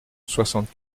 soixante